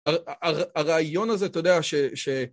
הרעיון הזה, אתה יודע, ש...